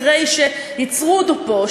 אחרי שייצרו אותו פה,